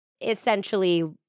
essentially